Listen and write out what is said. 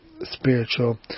spiritual